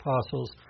apostles